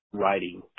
writing